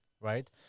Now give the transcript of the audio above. right